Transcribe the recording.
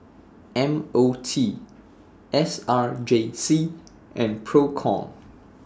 M O T S R J C and PROCOM